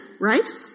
right